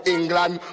England